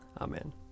Amen